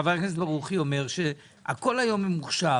חבר הכנסת ברוכי אומר שהכל היום ממוחשב,